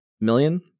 million